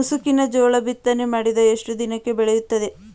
ಮುಸುಕಿನ ಜೋಳ ಬಿತ್ತನೆ ಮಾಡಿದ ಎಷ್ಟು ದಿನಕ್ಕೆ ಬೆಳೆಯುತ್ತದೆ?